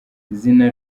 izina